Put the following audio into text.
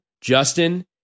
Justin